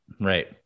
Right